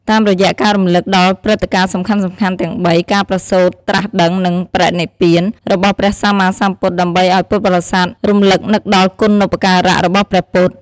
តាមរយៈការរំលឹកដល់ព្រឹត្តិការណ៍សំខាន់ៗទាំងបី ការប្រសូត ត្រាស់ដឹង និង បរិនិព្វាន របស់ព្រះសម្មាសម្ពុទ្ធ ដើម្បីអោយពុទ្ធបរិស័ទរឭកនឹកដល់គុណូបការៈរបស់ព្រះពុទ្ធ។